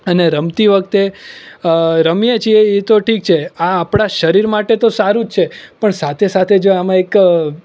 અને રમતી વખતે રમીએ છીએ એ તો ઠીક છે આ આપડા શરીર માટે તો સારું જ છે પણ સાથે સાથે જ આમાં એક